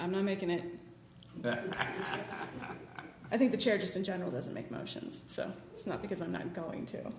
i'm not making it better i think the chair just in general doesn't make motions so it's not because i'm not going to